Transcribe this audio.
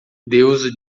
deus